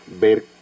ver